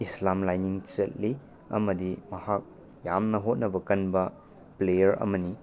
ꯏꯁꯂꯥꯝ ꯂꯥꯏꯅꯤꯡ ꯆꯠꯂꯤ ꯑꯃꯗꯤ ꯃꯍꯥꯛ ꯌꯥꯝꯅ ꯍꯣꯠꯅꯕ ꯀꯟꯕ ꯄ꯭ꯂꯦꯌꯔ ꯑꯃꯅꯤ